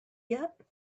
yet